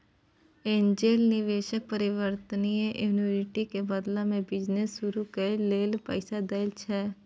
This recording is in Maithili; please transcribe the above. एंजेल निवेशक परिवर्तनीय इक्विटी के बदला में बिजनेस शुरू करइ लेल पैसा दइ छै